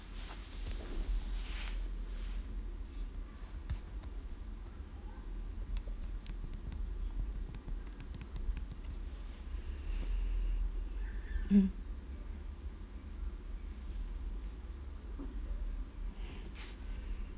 mm